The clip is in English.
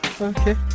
okay